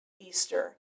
Easter